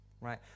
right